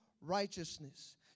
righteousness